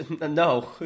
No